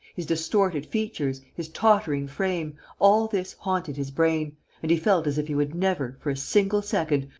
his distorted features, his tottering frame all this haunted his brain and he felt as if he would never, for a single second,